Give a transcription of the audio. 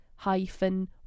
hyphen